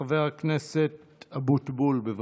חבר הכנסת אבוטבול, בבקשה.